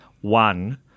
One